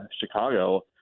chicago